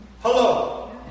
Hello